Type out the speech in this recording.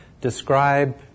describe